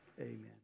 Amen